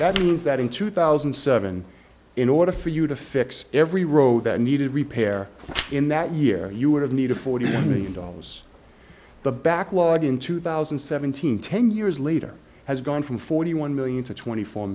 that means that in two thousand and seven in order for you to fix every road that needed repair in that year you would have needed forty million dollars the backlog in two thousand and seventeen ten years later has gone from forty one million to twenty four